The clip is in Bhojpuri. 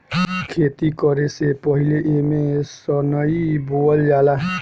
खेती करे से पहिले एमे सनइ बोअल जाला